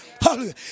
Hallelujah